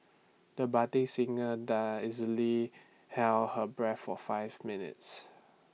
the budding singer easily held her breath for five minutes